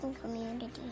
Community